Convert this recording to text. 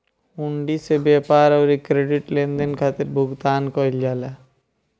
हुंडी से व्यापार अउरी क्रेडिट लेनदेन खातिर भुगतान कईल जाला